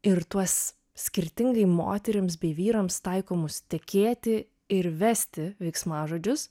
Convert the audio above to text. ir tuos skirtingai moterims bei vyrams taikomus tekėti ir vesti veiksmažodžius